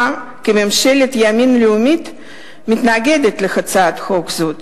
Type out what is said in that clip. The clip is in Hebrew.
כממשלת ימין לאומית מתנגדת להצעת חוק זו.